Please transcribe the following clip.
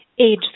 age